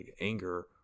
anger